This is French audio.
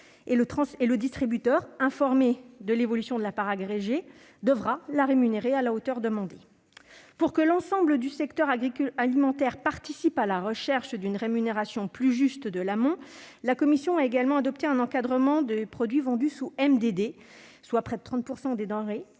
Le distributeur, informé de l'évolution de la part agrégée de ces matières par l'industriel, devra la rémunérer à la hauteur demandée. Pour que l'ensemble du secteur alimentaire participe à la recherche d'une rémunération plus juste de l'amont, la commission a adopté un encadrement des produits vendus sous MDD, soit près de 30 % des denrées,